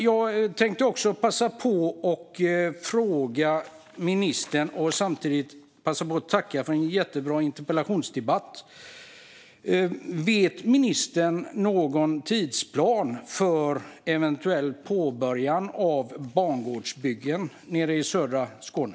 Jag tänkte också passa på att ställa en fråga till ministern och samtidigt passa på att tacka för en jättebra interpellationsdebatt. Vet ministern om det finns någon tidsplan för att eventuellt påbörja bangårdsbyggen i södra Skåne?